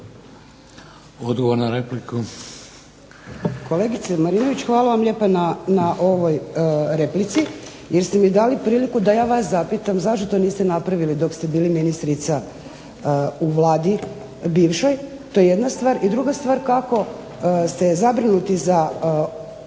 Odgovor na repliku.